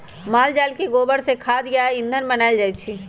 माल जाल के गोबर से खाद आ ईंधन बनायल जाइ छइ